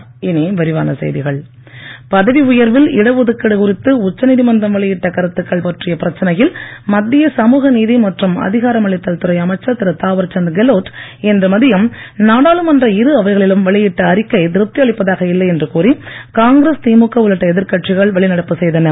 நாடாளுமன்றம் பதவி உயர்வில் இடஒதுக்கீடு குறித்து உச்சநீதிமன்றம் வெளியிட்ட கருத்துக்கள் பற்றிய பிரச்சனையில் மத்திய சமுகநீதிமற்றும் அதிகாரமளித்தல் துறை அமைச்சர் திரு தாவர் சந்த் கெலோட் இன்று மதியம் நாடாளுமன்ற இரு அவைகளிலம் வெளியிட்ட அறிக்கை திருப்தி அளிப்பதாக இல்லை என்று கூறி காங்கிரஸ் திமுக உள்ளிட்ட எதிர்கட்சிகள் வெளிநடப்பு செய்தன